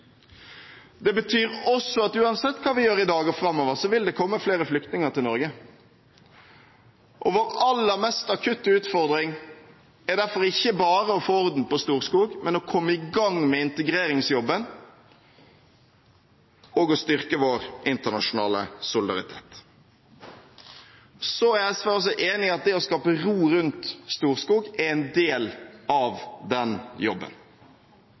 Det betyr også at uansett hva vi gjør i dag og framover, vil det komme flere flyktninger til Norge. Vår aller mest akutte utfordring er derfor ikke bare å få orden på Storskog, men å komme i gang med integreringsjobben og styrke vår internasjonale solidaritet. SV er enig i at det å skape ro rundt Storskog er en del av den jobben.